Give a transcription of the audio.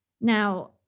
Now